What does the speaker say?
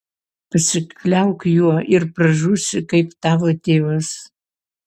pasikliauk juo ir pražūsi kaip tavo tėvas